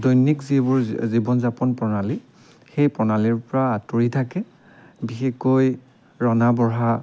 দৈনিক যিবোৰ জীৱন যাপন প্ৰণালী সেই প্ৰণালীৰ পৰা আঁতৰি থাকে বিশেষকৈ ৰন্ধা বঢ়া